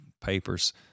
papers